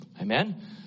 amen